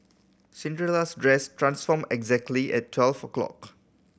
Cinderella's dress transformed exactly at twelve o' clock